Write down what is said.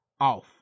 off